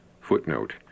Footnote